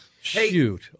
Shoot